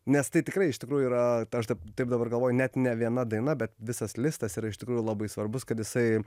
nes tai tikrai iš tikrųjų yra aš taip taip dabar galvoju net ne viena daina bet visas listas yra iš tikrųjų labai svarbus kad jisai